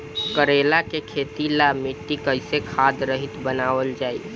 करेला के खेती ला मिट्टी कइसे खाद्य रहित बनावल जाई?